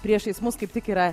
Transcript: priešais mus kaip tik yra